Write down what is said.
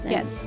Yes